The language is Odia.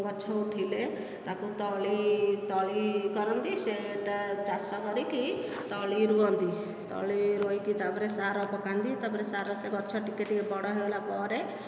ଗଛ ଉଠିଲେ ତାକୁ ତଳି ତଳି କରନ୍ତି ସେହିଟା ଚାଷ କରିକି ତଳି ରୁଅନ୍ତି ତଳି ରୋଇକି ତା'ପରେ ସାର ପକାନ୍ତି ତା'ପରେ ସାର ସେ ଗଛ ଟିକେ ଟିକେ ବଡ଼ ହୋଇଗଲା ପରେ